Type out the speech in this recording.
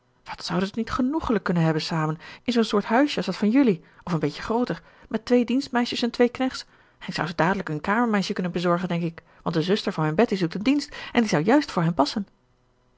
wat zouden ze t niet genoeglijk kunnen hebben samen in zoo'n soort huisje als dat van jelui of een beetje grooter met twee dienstmeisjes en twee knechts en ik zou ze dadelijk een kamermeisje kunnen bezorgen denk ik want de zuster van mijn betty zoekt een dienst en die zou juist voor hen passen